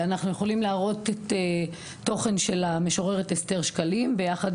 אנחנו יכולים להראות את תוכן של המשוררת אסתר שקלים ביחד